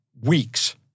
weeks